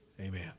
Amen